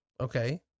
okay